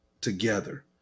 together